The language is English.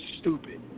stupid